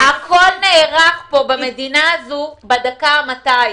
הכול נערך במדינה הזו בדקה ה-200.